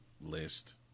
list